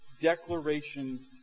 declaration